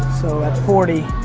so at forty,